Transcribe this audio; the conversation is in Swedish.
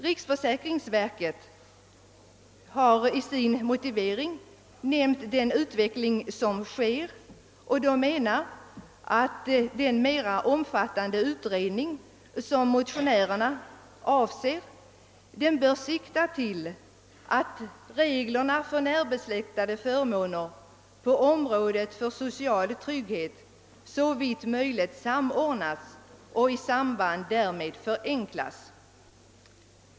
Riksförsäkringsverket erinrar i sitt uttalande om den utveckling som sker och menar att den mera omfattande utredning som motionärerna avser »bör sikta till att reglerna för närbesläktade förmåner på området för social trygghet såvitt möjligt samordnas och i samband därmed förenklas».